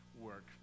work